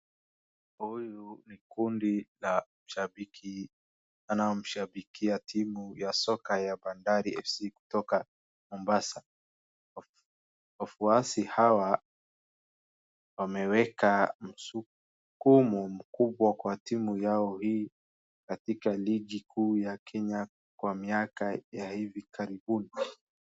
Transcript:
Huyu ni kundi la shabiki anaomshabikia timu ya soka ya Bandari Fc kutoka Mombasa. Waf, wafuasi hawa wameweka msukumo mkubwa kwa timu yao hii katika ligi kuu ya Kenya kwa miaka ya hivi karibuni.